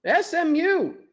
SMU